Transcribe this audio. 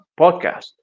podcast